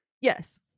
Yes